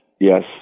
yes